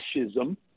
fascism